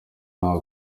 nta